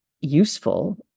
useful